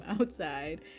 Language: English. outside